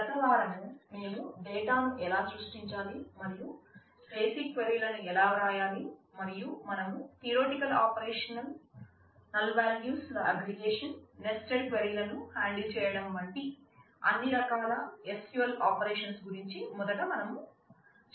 గతవారం మేము డేటా గురించి మొదట మనం చర్చించాము